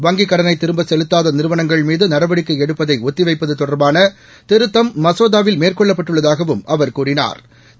வங்கிக் கடனை திரும்ப செலுத்தாத நிறுவனங்கள் மீது நடவடிக்கை எடுப்பதை ஒத்தி வைப்பது தொடர்பான திருத்தம் மசோதாவில் மேற்கொள்ளப்பட்டுள்ளதகாவும் அவா் கூறினாா்